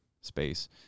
space